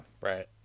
right